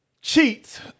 cheats